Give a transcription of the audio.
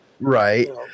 Right